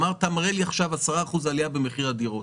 אתה מראה לי עלייה של 10% במחיר הדירות.